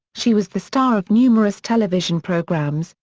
she was the star of numerous television programs,